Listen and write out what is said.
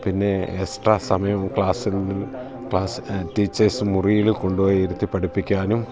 പിന്നെ എക്സ്ട്രാ സമയം ക്ലാസ്സിൽ ക്ലാസ് ടീച്ചേഴ്സ് മുറിയിൽ കൊണ്ടുപോയി ഇരുത്തി പഠിപ്പിക്കാനും